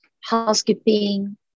housekeeping